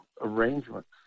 arrangements